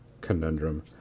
conundrum